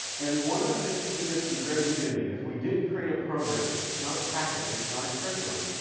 and one of the things we did from the very beginning is we didn't create a program. it's not a package. it's not a curriculum.